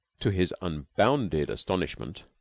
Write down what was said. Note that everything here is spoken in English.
to his unbounded astonishment,